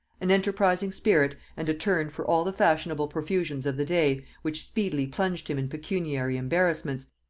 an enterprising spirit and a turn for all the fashionable profusions of the day, which speedily plunged him in pecuniary embarrassments,